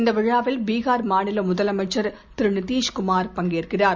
இந்த விழாவில் பிகார் மாநில முதலமைச்சர் திரு நிதிஷ் குமார் பங்கேற்கிறார்